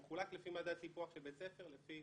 שמחולק לפי מדד הטיפוח של בית ספר לפי